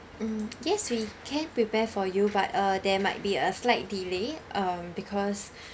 mm yes we can prepare for you but uh there might be a slight delay um because